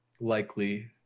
likely